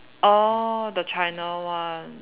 orh the China one